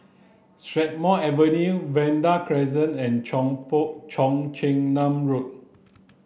Strathmore Avenue Vanda Crescent and Cheong Chin Nam Road